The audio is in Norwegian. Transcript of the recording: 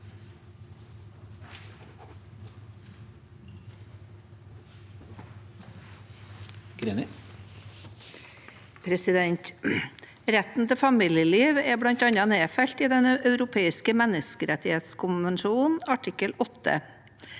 Retten til familieliv er bl.a. nedfelt i den europeiske menneskerettighetskonvensjon artikkel